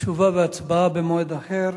תשובה והצבעה במועד אחר.